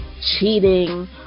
cheating